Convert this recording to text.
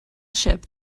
ship